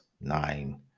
nine